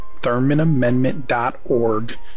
ThurmanAmendment.org